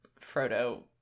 Frodo